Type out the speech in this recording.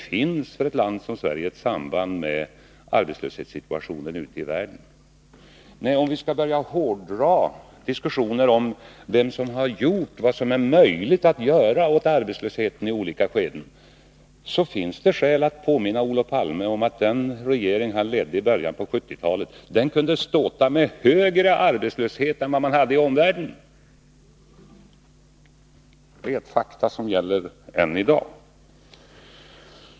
För ett land som Sverige finns det ett samband med arbetslöshetssituationen ute i världen. Nej, om vi skall börja hårdra diskussioner om vem som har gjort vad som är möjligt att göra åt arbetslösheten i olika skeden, så finns det skäl att påminna Olof Palme om att den regering han ledde i början av 1970-talet kunde ståta med högre arbetslöshet än vad man hade i omvärlden. Detta är ett faktum som gäller än i dag.